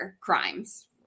crimes